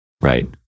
Right